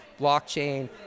blockchain